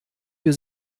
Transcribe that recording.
für